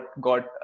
got